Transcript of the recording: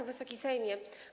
Wysoki Sejmie!